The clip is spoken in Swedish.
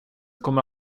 kommer